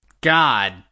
God